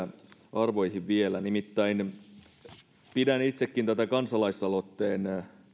ikäarvoihin vielä nimittäin pidän itsekin tätä kansalaisaloitteen